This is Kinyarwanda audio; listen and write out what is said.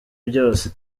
byose